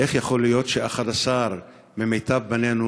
איך זה יכול להיות ש-11 ממיטב בנינו